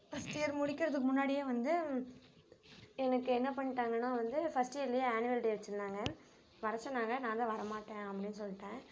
first year முடிக்கிறதுக்கு முன்னாடியே வந்து எனக்கு என்ன பண்ணிட்டாங்கன்னா வந்து ஃபஸ்ட் இயர்லியே ஆனுவல் டே வச்சிருந்தாங்க வர சொன்னாங்கள் நான் தான் வர மாட்டேன் அப்படின்னு சொல்லிடேன்